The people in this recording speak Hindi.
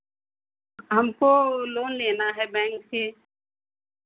हमको लोन लेना है बैंक से